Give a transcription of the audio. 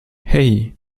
hey